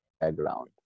background